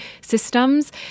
systems